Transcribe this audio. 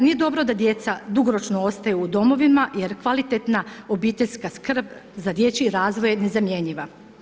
Nije dobro da djeca dugoročno ostaju u domovina jer kvalitetna obiteljska skrb za dječji razvoj je nezamjenjiva.